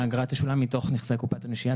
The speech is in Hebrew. האגרה תשולם מתוך נכסי קופת הנשייה,